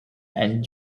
and